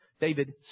David